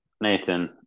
Nathan